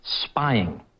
spying